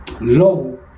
low